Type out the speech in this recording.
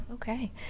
Okay